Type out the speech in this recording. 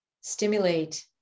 stimulate